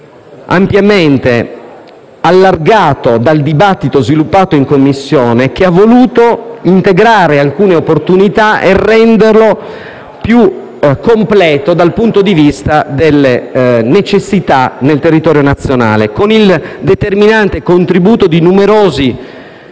ampiamente allargato dal dibattito sviluppato in Commissione, che ha voluto integrare alcune opportunità, così da renderlo più completo dal punto di vista delle necessità nel territorio nazionale, con il determinante contributo di numerosi